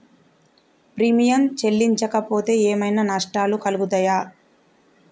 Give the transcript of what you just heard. Premium చెల్లించకపోతే ఏమైనా నష్టాలు కలుగుతయా?